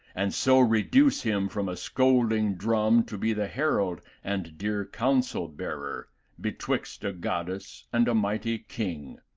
and so reduce him from a scolding drum to be the herald and dear counsel bearer betwixt a goddess and a mighty king.